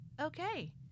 okay